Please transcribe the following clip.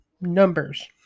numbers